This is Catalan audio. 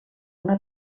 una